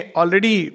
already